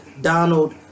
Donald